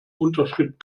unterschrift